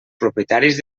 propietaris